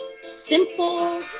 simple